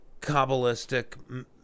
Kabbalistic